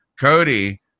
Cody